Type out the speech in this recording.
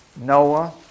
Noah